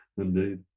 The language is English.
indeed